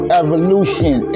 evolution